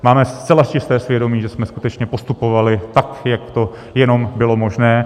Máme zcela čisté svědomí, že jsme skutečně postupovali tak, jak to jenom bylo možné.